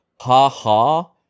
ha-ha